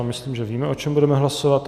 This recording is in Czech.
Myslím, že víme, o čem budeme hlasovat.